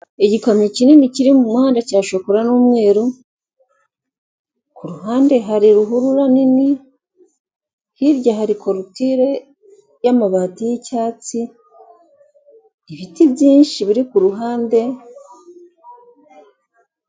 Igikamyo kinini kuri mu muhanda cya shokora n'umweru, ku ruhande hari ruhurura nini, hirya hari korotire y'amabati y'icyatsi, ibiti byinshi biri ku ruhande...